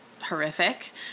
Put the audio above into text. horrific